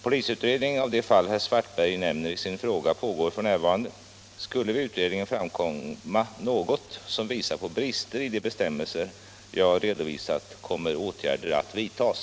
Polisutredning av de fall herr Svartberg nämner i sin fråga pågår f. n. Skulle vid utredningen framkomma något som visar på brister i de bestämmelser jag redovisat kommer åtgärder att vidtas.